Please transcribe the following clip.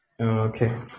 okay